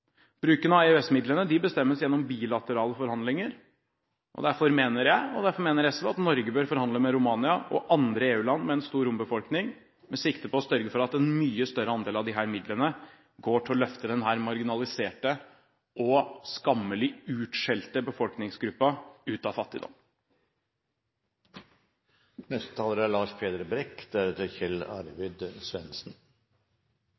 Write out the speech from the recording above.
Bruken av EØS-midlene bestemmes gjennom bilaterale forhandlinger, og derfor mener jeg – derfor mener SV – at Norge bør forhandle med Romania og andre EU-land med en stor rombefolkning, med sikte på å sørge for at en mye større andel av disse midlene går til å løfte denne marginaliserte og skammelig utskjelte befolkningsgruppen ut av